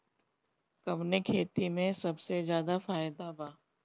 कवने खेती में सबसे ज्यादा फायदा बा?